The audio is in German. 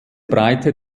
breite